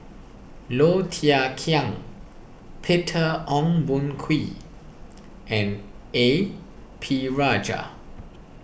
Low Thia Khiang Peter Ong Boon Kwee and A P Rajah